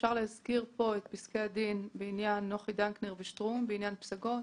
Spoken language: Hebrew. אפשר להזכיר פה את פסקי הדין של נוחי דנקנר ושטרום בעניין פסגות,